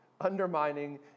undermining